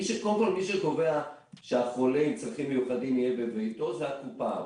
קודם כל מי שקובע שהחולה עם צרכים מיוחדים יהיה בביתו זו הקופה.